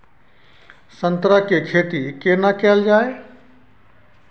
संतरा के खेती केना कैल जाय?